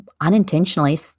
unintentionally